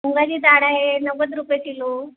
मुगाची डाळ आहे नव्वद रुपये किलो